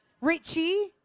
Richie